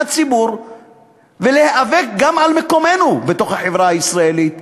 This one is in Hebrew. הציבור ולהיאבק על מקומנו בתוך החברה הישראלית,